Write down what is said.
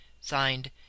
Signed